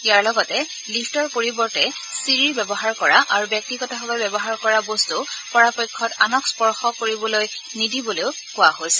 ইয়াৰ লগতে লিফটৰ পৰিৱৰ্তে চিৰিৰ ব্যৱহাৰ কৰা আৰু ব্যক্তিগতভাৱে ব্যৱহাৰ কৰা বস্তু পৰাপক্ষত আনক স্পৰ্শ কৰিবলৈ নিদিবলৈয়ো কোৱা হৈছে